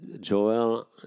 Joel